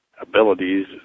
abilities